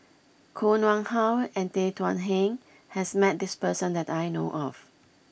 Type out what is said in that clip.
Koh Nguang How and Tan Thuan Heng has met this person that I know of